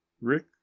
Rick